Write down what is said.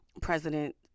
president